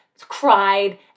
cried